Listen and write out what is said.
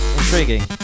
intriguing